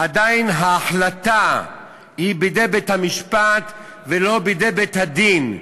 עדיין ההחלטה היא בידי בית-המשפט ולא בידי בית-הדין,